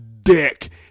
dick